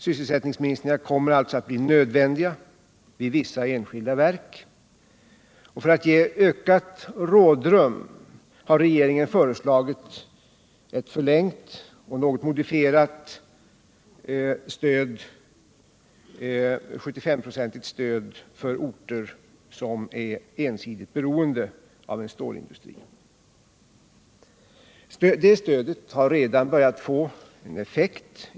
Sysselsättningsminskningar kommer alltså att bli nödvändiga vid vissa enskilda verk, och för att ge ökat rådrum har regeringen föreslagit ett förlängt och något modifierat 75-procentigt stöd för orter som är ensidigt beroende av en stålindustri. Det stödet har redan börjat få en effekt.